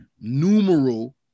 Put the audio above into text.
numeral